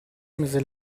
mise